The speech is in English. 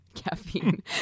Caffeine